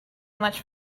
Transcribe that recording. much